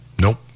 nope